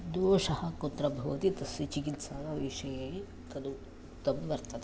दोषः कुत्र भवति तस्य चिकित्साविषये तद् उक्तं वर्तते